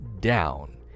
down